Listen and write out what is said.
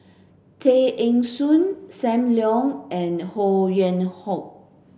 Tay Eng Soon Sam Leong and Ho Yuen Hoe